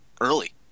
early